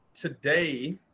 today